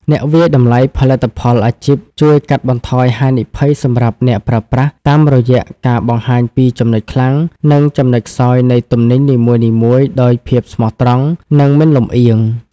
អ្នកវាយតម្លៃផលិតផលអាជីពជួយកាត់បន្ថយហានិភ័យសម្រាប់អ្នកប្រើប្រាស់ តាមរយៈការបង្ហាញពីចំណុចខ្លាំង និងចំណុចខ្សោយនៃទំនិញនីមួយៗដោយភាពស្មោះត្រង់ និងមិនលម្អៀង។